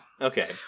Okay